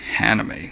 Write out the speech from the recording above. anime